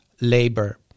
labor